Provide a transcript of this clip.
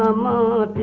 um la